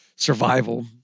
survival